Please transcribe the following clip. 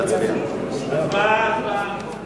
הצבעה, הצבעה.